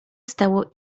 stało